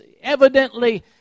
evidently